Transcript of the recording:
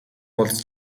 уулзаж